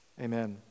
Amen